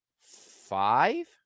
five